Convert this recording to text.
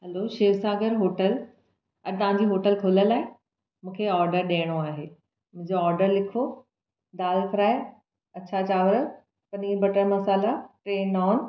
हलो Shiv Sagar hotel अॼु तव्हां जी होटल खुलियल आहे मूंखे ऑडर ॾियणो आहे मुंहिंजो ऑडर लिखो दाल फ्राए अछा चांवर पनीर बटर मसाला टे नान